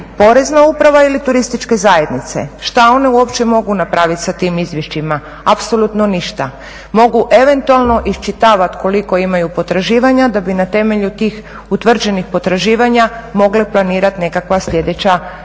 Porezna uprava ili turističke zajednice? Što one uopće mogu napraviti sa tim izvješćima? Apsolutno ništa. Mogu eventualno iščitavati koliko imaju potraživanja da bi na temelju tih utvrđenih potraživanja mogle planirati nekakva sljedeća događanja